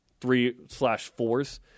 three-slash-fours